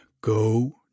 Go